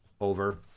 over